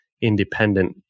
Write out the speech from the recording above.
independent